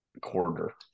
quarter